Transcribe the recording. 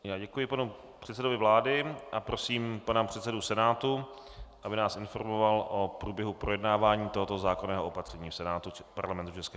Já děkuji panu předsedovi vlády a prosím pana předsedu Senátu, aby nás informoval o průběhu projednávání tohoto zákonného opatření v Senátu Parlamentu České republiky.